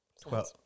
Twelve